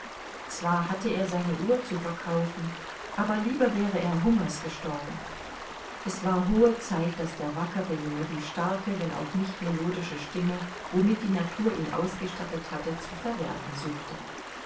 zwar hatte er seine uhr zu verkaufen aber lieber wäre er hungers gestorben es war hohe zeit daß der wackere junge die starke wenn auch nicht melodische stimme womit die natur ihn ausgestattet hatte zu verwerthen suchte